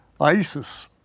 ISIS